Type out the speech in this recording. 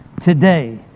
today